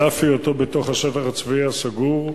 על אף היותו בתוך השטח הצבאי הסגור,